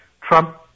Trump